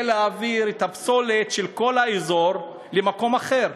להעביר את הפסולת של כל האזור למקום אחר.